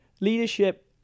Leadership